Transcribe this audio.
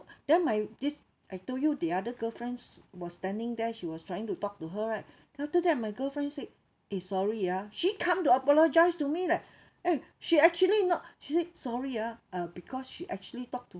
then my this I told you the other girl friends was standing there she was trying to talk to her right after that my girl friend said eh sorry ah she come to apologize to me leh eh she actually not she said sorry ah uh because she actually talked to